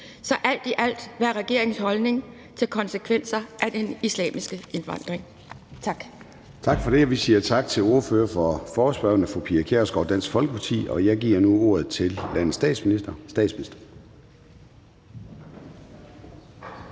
Så alt i alt: Hvad er regeringens holdning til konsekvenser af den islamiske indvandring? Tak. Kl. 10:04 Formanden (Søren Gade): Tak for det. Vi siger tak til ordføreren for forespørgerne, fru Pia Kjærsgaard, Dansk Folkeparti. Jeg giver nu ordet til landets statsminister.